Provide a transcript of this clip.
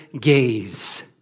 gaze